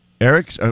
Eric